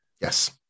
Yes